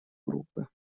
группы